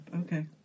Okay